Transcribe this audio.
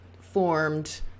formed